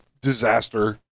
disaster